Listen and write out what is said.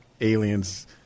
aliens